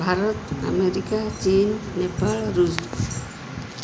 Bharat America ଚୀନ୍ ନେପାଳ ଋଷ୍